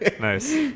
Nice